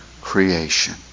creation